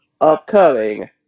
upcoming